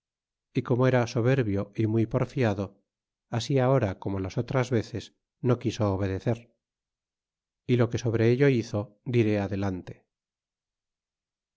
y como era soberbio y muy porfiado así ahora como las otras veces no quiso obedecer y lo que sobre ello hizo diré adelante